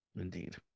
Indeed